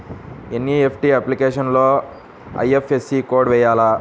NEFT అప్లికేషన్లో IFSC code వేయాలా?